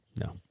No